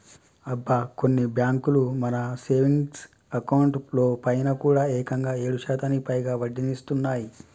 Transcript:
అబ్బా కొన్ని బ్యాంకులు మన సేవింగ్స్ అకౌంట్ లో పైన కూడా ఏకంగా ఏడు శాతానికి పైగా వడ్డీనిస్తున్నాయి